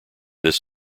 this